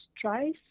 tries